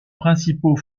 principaux